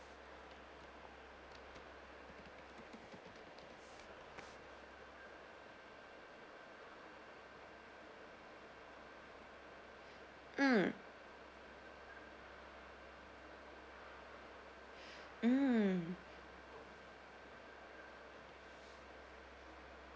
hmm mm